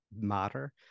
matter